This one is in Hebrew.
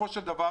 בסופו של דבר,